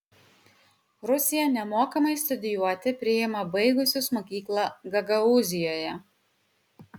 rusija nemokamai studijuoti priima baigusius mokyklą gagaūzijoje